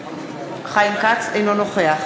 אינו נוכח